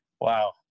wow